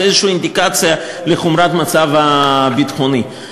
זו איזו אינדיקציה לחומרת המצב הביטחוני.